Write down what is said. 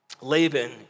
Laban